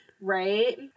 Right